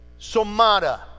somata